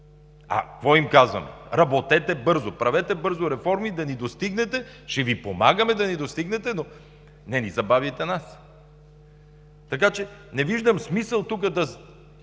А какво им казваме – работете бързо, правете бързо реформи да ни достигнете, ще Ви помагаме да ни достигнете, но не ни забавяйте! Така че не виждам смисъл тук да